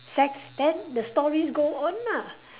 sex then the stories go on ah